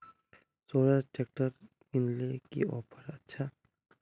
Swaraj tractor किनले की offer अच्छा?